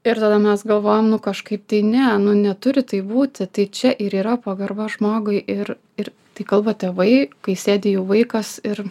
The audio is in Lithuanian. ir tada mes galvojom nu kažkaip tai ne nu neturi taip būti tai čia ir yra pagarba žmogui ir ir tai kalba tėvai kai sėdi jų vaikas ir